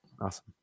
awesome